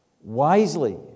wisely